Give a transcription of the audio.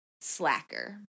Slacker